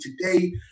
today